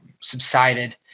subsided